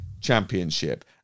Championship